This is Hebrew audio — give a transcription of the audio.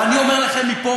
ואני אומר לכם מפה,